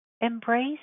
embrace